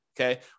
okay